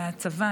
מהצבא,